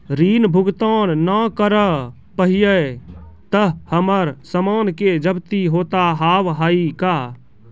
ऋण भुगतान ना करऽ पहिए तह हमर समान के जब्ती होता हाव हई का?